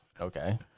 Okay